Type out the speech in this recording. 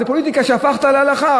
זו פוליטיקה שהפכת להלכה,